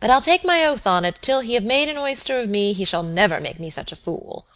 but i'll take my oath on it, till he have made an oyster of me, he shall never make me such a fool.